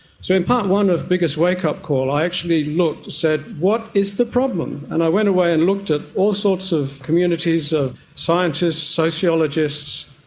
so in part one of biggest wake up call i actually looked, i said what is the problem? and i went away and looked at all sorts of communities of scientists, sociologists,